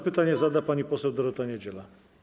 Pytanie zada pani poseł Dorota Niedziela.